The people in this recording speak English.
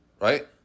right